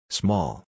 small